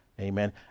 amen